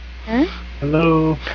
hello